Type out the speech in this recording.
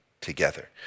together